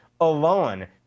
alone